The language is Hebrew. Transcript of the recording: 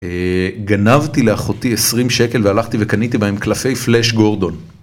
גנבתי לאחותי 20 שקל והלכתי וקניתי בהם קלפי פלאש גורדון